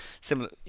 similar